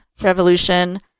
revolution